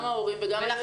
גם ההורים וגם הילדים.